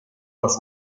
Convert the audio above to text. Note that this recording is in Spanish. los